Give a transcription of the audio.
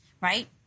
right